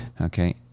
Okay